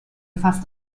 fast